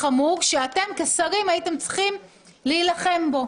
חמור שאתם כשרים הייתם צריכים להילחם בו.